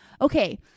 okay